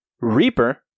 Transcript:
Reaper